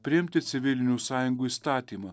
priimti civilinių sąjungų įstatymą